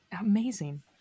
Amazing